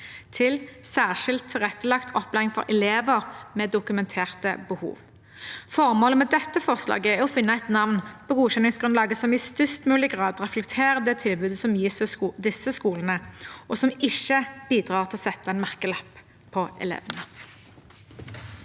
til særskilt tilrettelagt opplæring for elever med dokumenterte behov. Formålet med dette forslaget er å finne et navn på godkjenningsgrunnlaget som i størst mulig grad reflekterer det tilbudet som gis av disse skolene, og som ikke bidrar til å sette en merkelapp på elevene.